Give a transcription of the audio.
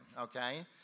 okay